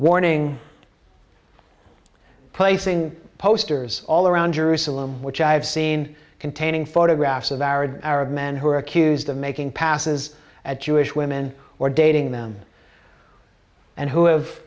warning placing posters all around jerusalem which i have seen containing photographs of arab arab men who are accused of making passes at jewish women or dating them and who have